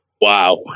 wow